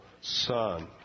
son